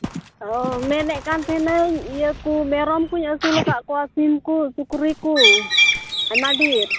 ᱚ ᱢᱮᱱᱮᱫ ᱠᱟᱱ ᱛᱟᱦᱮᱱᱟᱹᱧ ᱤᱭᱟᱹ ᱠᱚ ᱢᱮᱨᱚᱢ ᱠᱚ ᱟᱹᱥᱩᱞ ᱠᱟᱜ ᱠᱚᱣᱟ ᱥᱤᱢ ᱠᱚ ᱥᱩᱠᱨᱤ ᱠᱚ ᱟᱭᱢᱟ ᱰᱷᱮᱹᱨ